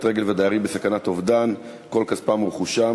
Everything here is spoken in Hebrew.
רגל והדיירים בסכנת אובדן כל כספם ורכושם,